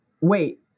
Wait